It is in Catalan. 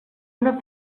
una